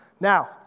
Now